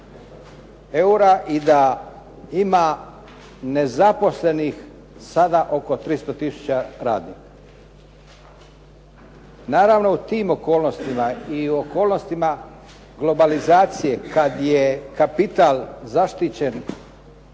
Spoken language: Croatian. eura i da ima nezaposlenih sada oko 300 tisuća radnika. Naravno, u tim okolnostima i u okolnostima globalizacije kad je kapital zaštićen